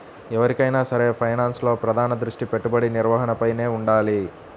ఎవరికైనా సరే ఫైనాన్స్లో ప్రధాన దృష్టి పెట్టుబడి నిర్వహణపైనే వుండాలి